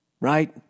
right